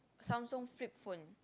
Samsung flip phone